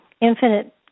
infinite